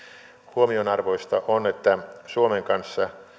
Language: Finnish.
huomionarvoista on että suomen kanssa